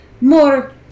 more